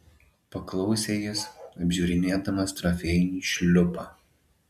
paklausė jis apžiūrinėdamas trofėjinį šliupą